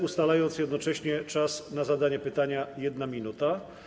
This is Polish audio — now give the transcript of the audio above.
Ustalam jednocześnie czas na zadanie pytania na 1 minutę.